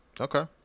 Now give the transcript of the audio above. okay